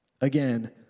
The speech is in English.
Again